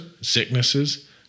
sicknesses